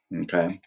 Okay